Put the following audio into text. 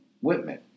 Whitman